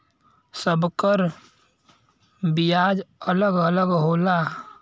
सब कर बियाज अलग अलग होला